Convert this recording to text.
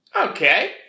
okay